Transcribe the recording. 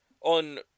On